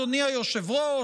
אדוני היושב-ראש,